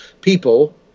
people